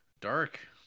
dark